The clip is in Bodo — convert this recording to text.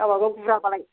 गावबागाव गुराबालाय